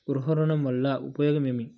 గృహ ఋణం వల్ల ఉపయోగం ఏమి?